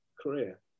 career